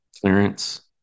clearance